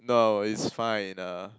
no it's fine uh